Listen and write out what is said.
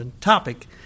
topic